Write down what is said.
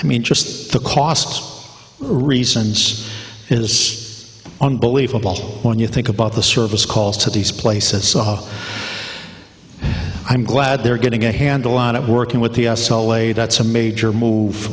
i mean just the cost reasons is unbelievable when you think about the service calls to these places so i'm glad they're getting a handle on it working with the whole a that's a major